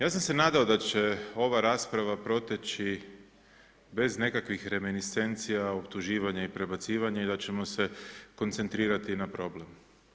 Ja sam se nadao da će ova rasprava proteći bez nekakvih remeniscencija, optuživanja i prebacivanja i da ćemo se koncentrirati na problem.